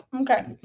Okay